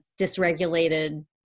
dysregulated